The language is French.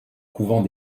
couvent